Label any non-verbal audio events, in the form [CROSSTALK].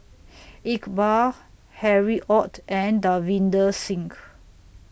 [NOISE] Iqbal Harry ORD and Davinder Singh